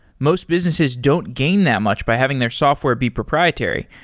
most businesses don't gain that much by having their software be proprietary.